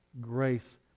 grace